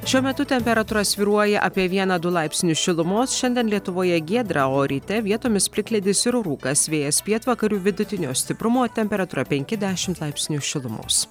šiuo metu temperatūra svyruoja apie vieną du laipsnius šilumos šiandien lietuvoje giedra o ryte vietomis plikledis ir rūkas vėjas pietvakarių vidutinio stiprumo temperatūra penki dešimt laipsnių šilumos